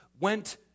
went